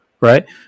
right